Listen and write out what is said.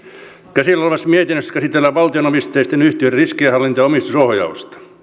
käsillä olevassa mietinnössä käsitellään valtio omisteisten yhtiöiden riskienhallintaa ja omistusohjausta